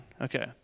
Okay